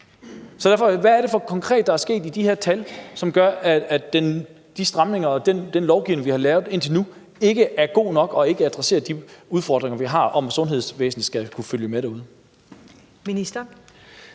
om, hvad det er, der konkret er sket med de her tal, som gør, at de stramninger og den lovgivning, vi har lavet indtil nu, ikke er god nok og ikke adresserer de udfordringer, vi har, med at sundhedsvæsenet skal kunne følge med derude.